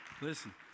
listen